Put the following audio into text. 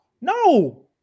No